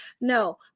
No